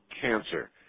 cancer